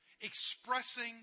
Expressing